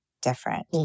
different